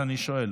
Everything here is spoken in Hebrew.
אז אני שואל,